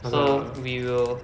so we will